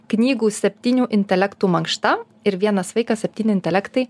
knygų septynių intelektų mankšta ir vienas vaikas septyni intelektai